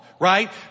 Right